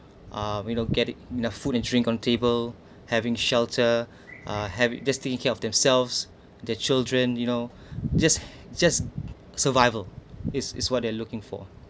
uh we don't get enough food and drink on table having shelter uh having just taking care of themselves their children you know just just survival is is what they're looking for